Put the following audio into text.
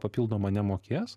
papildomo nemokės